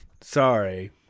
Sorry